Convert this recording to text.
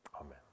Amen